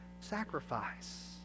sacrifice